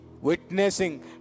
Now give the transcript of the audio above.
witnessing